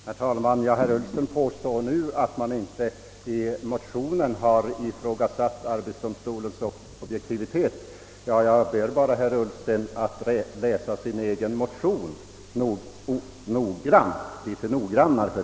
Herr talman! Herr Ullsten påstår att han inte i sin motion har ifrågasatt arbetsdomstolens objektivitet. Jag ber då herr Ullsten läsa igenom sin egen motion litet mera noggrant.